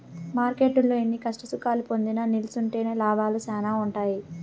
మార్కెట్టులో ఎన్ని కష్టసుఖాలు పొందినా నిల్సుంటేనే లాభాలు శానా ఉంటాయి